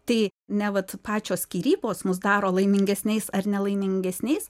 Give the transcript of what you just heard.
tai ne vat pačios skyrybos mus daro laimingesniais ar nelaimingesniais